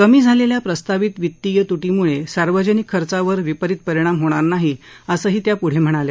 कमी झालेल्या प्रस्तावित वित्तीय तुटीमुळे सार्वजनिक खर्चावर विपरित परिणाम होणार नाही असंही त्या पुढं म्हणाल्या